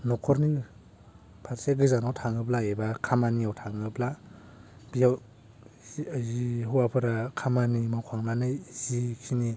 नखरनि फारसे गोजानाव थाङोब्ला एबा खामानियाव थाङोब्ला बेयाव जि हौवाफोरा खामानि मावखांनानै जि खिनि